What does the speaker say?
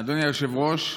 אדוני היושב-ראש,